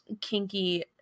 kinky